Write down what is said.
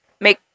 make